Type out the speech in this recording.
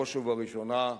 בראש ובראשונה,